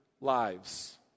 lives